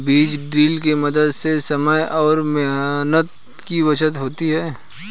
बीज ड्रिल के मदद से समय और मेहनत की बचत होती है